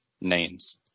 names